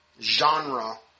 genre